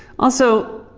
also,